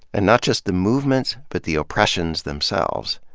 and not just the movements but the oppressions themselves.